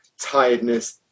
tiredness